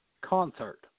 concert